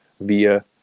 via